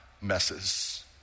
messes